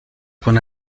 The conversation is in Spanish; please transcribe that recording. con